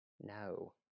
No